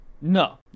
No